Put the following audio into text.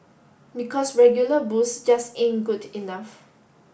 because regular booze just ain't good enough